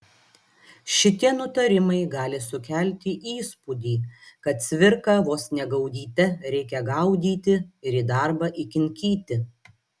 šitie nutarimai gali sukelti įspūdį kad cvirką vos ne gaudyte reikia gaudyti ir į darbą įkinkyti